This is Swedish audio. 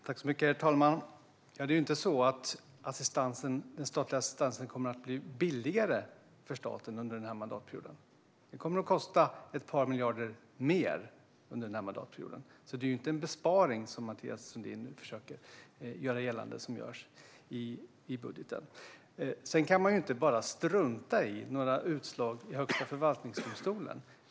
Herr talman! Den statliga assistansen kommer ju inte att bli billigare för staten under den här mandatperioden. Den kommer att kosta ett par miljarder mer under den här mandatperioden. Det görs alltså ingen besparing i budgeten, vilket Mathias Sundin försöker göra gällande. Sedan kan man inte bara strunta i utslagen från Högsta förvaltningsdomstolen.